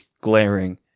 glaring